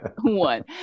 one